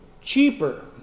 cheaper